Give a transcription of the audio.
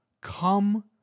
come